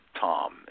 Tom